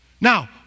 Now